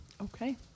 Okay